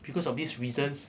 because of these reasons